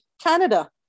Canada